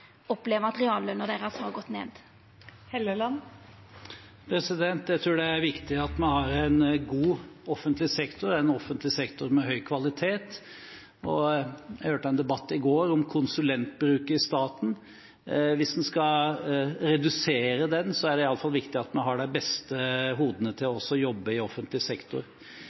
opplever at realløna deira har gått ned? Jeg tror det er viktig at vi har en god offentlig sektor, en offentlig sektor med høy kvalitet. I går hørte jeg en debatt om konsulentbruk i staten, og hvis en skal redusere den, er det iallfall viktig at vi har de beste hodene til å jobbe i offentlig sektor.